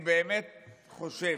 אני באמת חושב,